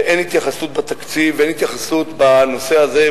ואין התייחסות בתקציב, אין התייחסות בנושא הזה.